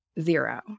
zero